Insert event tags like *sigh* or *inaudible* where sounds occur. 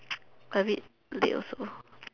*noise* a bit late also